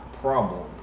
problem